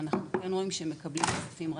אנחנו רואים שהם מקבלים את הכספים רטרואקטיבית.